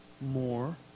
more